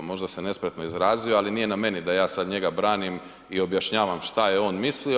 Možda se nespretno izrazio ali nije na meni da ja sada njega branim i objašnjavam šta je on mislio.